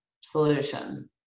solution